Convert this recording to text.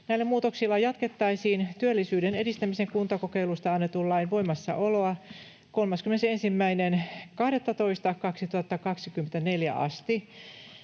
Näillä muutoksilla jatkettaisiin työllisyyden edistämisen kuntakokeilusta annetun lain voimassaoloa 31.12.2024 asti